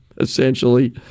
essentially